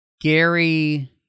Gary